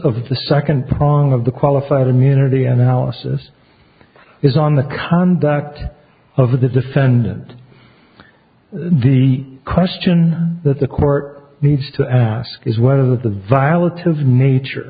of the second prong of the qualified immunity analysis is on the conduct of the defendant the question that the court needs to ask is whether the violence of nature